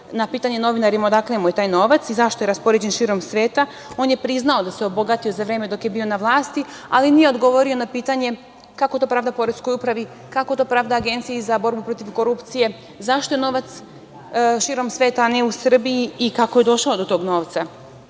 na pitanje novinara odakle mu taj novac i zašto je raspoređen širom sveta. On je priznao da se obogatio za vreme dok je bio na vlasti, ali nije odgovorio na pitanje kako to pravda poreskoj upravi, kako to pravda Agenciji za borbu protiv korupcije, zašto je novac širom sveta, a nije u Srbiji, i kako je došao do tog novca.